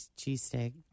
cheesesteak